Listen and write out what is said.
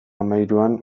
hamahiruan